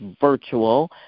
virtual